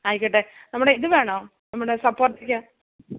ആയിക്കൊട്ടെ നമ്മുടെ ഇത് വേണോ നമ്മുടെ സപ്പോട്ടക്ക